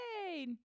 Hey